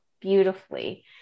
beautifully